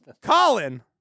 Colin